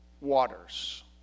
waters